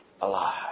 Alive